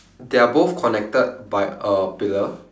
they are both connected by a pillar